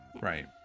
right